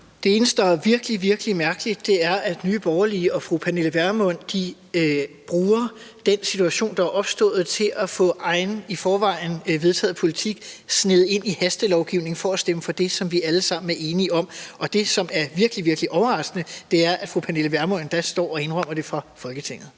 Det eneste, der er virkelig, virkelig mærkeligt, er, at Nye Borgerlige og fru Pernille Vermund bruger den situation, der er opstået, til at få egen, i forvejen vedtaget, politik sneget ind i hastelovgivning for at stemme for det, som vi alle sammen er enige om. Og det, som er virkelig, virkelig overraskende, er, at fru Pernille Vermund endda står og indrømmer det for Folketinget.